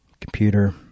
computer